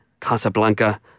Casablanca